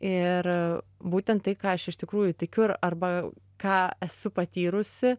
ir būtent tai ką aš iš tikrųjų tikiu ir arba ką esu patyrusi